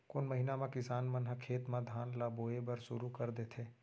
कोन महीना मा किसान मन ह खेत म धान ला बोये बर शुरू कर देथे?